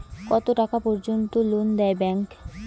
কত টাকা পর্যন্ত লোন দেয় ব্যাংক?